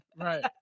Right